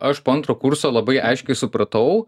aš po antro kurso labai aiškiai supratau